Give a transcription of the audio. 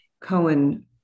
Cohen